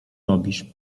robisz